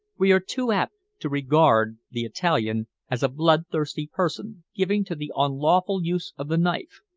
we are too apt to regard the italian as a bloodthirsty person given to the unlawful use of the knife,